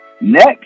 next